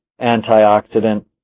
antioxidant